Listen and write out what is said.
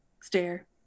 stare